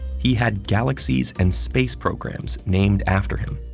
he had galaxies and space programs named after him.